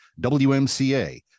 WMCA